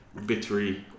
bittery